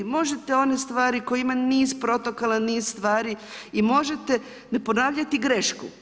Možete one stvari koje imaju niz protokola, niz stvari i možete ne ponavljati grešku.